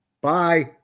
Bye